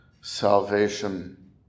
salvation